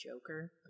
joker